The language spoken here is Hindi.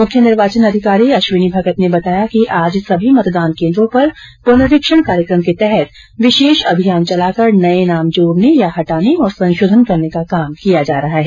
मुख्य निर्वाचन अधिकारी अश्विनी भगत ने बताया कि आज सभी मतदान केन्द्रों पर पुनरीक्षण कार्यकम के तहत विशेष अभियान चलाकर नये नाम जोड़ने या हटाने और संशोधन करने का काम किया जा रहा है